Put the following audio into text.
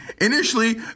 Initially